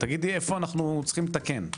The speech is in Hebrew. תגידי איפה אנחנו צריכים לתקן,